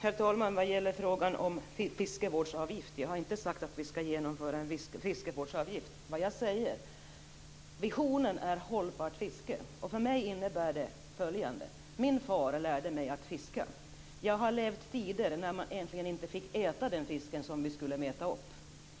Herr talman! Jag har inte sagt att vi skall genomföra en fiskevårdsavgift. Vad jag säger är att visionen är ett hållbart fiske. För mig innebär det följande. Min far lärde mig att fiska. Jag har levt i tider då man egentligen inte fick äta den fisk man drog upp,